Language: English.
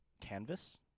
canvas